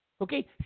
Okay